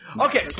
Okay